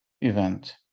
event